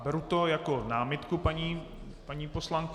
Beru to jako námitku paní poslankyně.